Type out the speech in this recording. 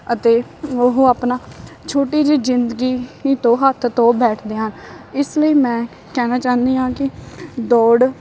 ਅਤੇ ਉਹ ਆਪਣਾ ਛੋਟੀ ਜਿਹੀ ਜ਼ਿੰਦਗੀ ਤੋਂ ਹੱਥ ਧੋ ਬੈਠਦੇ ਹਨ ਇਸ ਲਈ ਮੈਂ ਕਹਿਣਾ ਚਾਹੁੰਨੀ ਹਾਂ ਕਿ ਦੌੜ